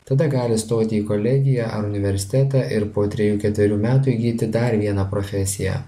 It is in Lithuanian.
tada gali stoti į kolegiją ar universitetą ir po trejų ketverių metų įgyti dar vieną profesiją